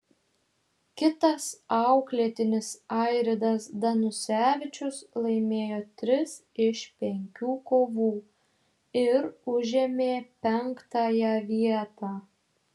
kitas auklėtinis airidas danusevičius laimėjo tris iš penkių kovų ir užėmė penktąją vietą